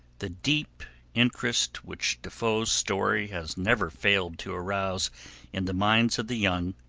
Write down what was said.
the deep interest which de foe's story has never failed to arouse in the minds of the young,